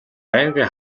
байнгын